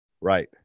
Right